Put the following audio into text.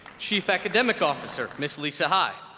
chief academic officer miss lisa high,